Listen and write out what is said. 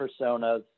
personas